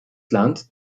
land